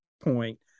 point